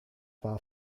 war